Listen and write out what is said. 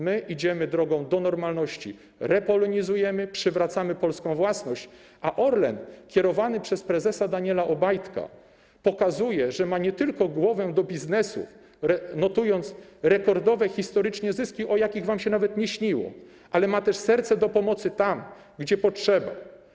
My idziemy drogą do normalności, repolonizujemy, przywracamy polską własność, a Orlen kierowany przez prezesa Daniela Obajtka pokazuje, że ma nie tylko głowę do biznesu, notując rekordowe historycznie zyski, o jakich wam się nawet nie śniło, ale ma też serce do pomocy tam, gdzie potrzeba.